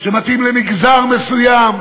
כלשהו שמתאים למגזר מסוים.